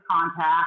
contact